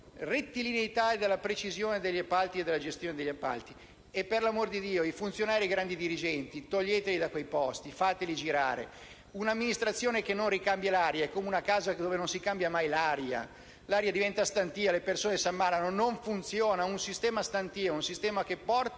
rettilineità e dalla precisione degli appalti e della gestione degli appalti. E poi, per l'amor di Dio, i funzionari e i grandi dirigenti toglieteli dai loro posti e fateli girare. Un'amministrazione che non ricambia l'aria è come una casa dove non si aprono mai le finestre. L'area diventa stantia e le persone si ammalano: non funziona. Un sistema stantio porta